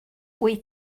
wyt